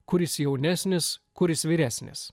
kuris jaunesnis kuris vyresnis